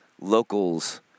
Locals